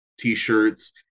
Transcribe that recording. t-shirts